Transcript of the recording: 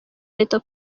leta